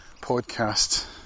podcast